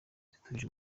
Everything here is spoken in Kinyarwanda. zitujuje